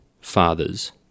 fathers